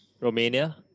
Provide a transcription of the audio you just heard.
Romania